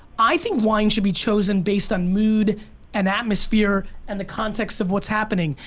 i think wine should be chosen based on mood and atmosphere and the context of what's happening.